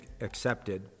accepted